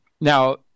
Now